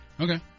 Okay